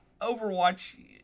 Overwatch